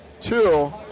Two